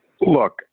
Look